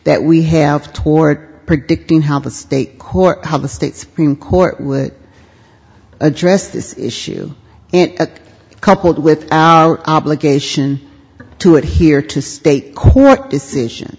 that we have toward predicting how the state court how the state supreme court will address this issue and that coupled with our obligation to it here to state court decision